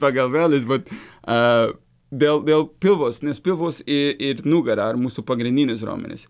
pagalvėlės bet vėl vėl pilvas nes pilvas į į nugarą mūsų pagrindinis raumenis